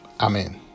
Amen